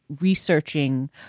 researching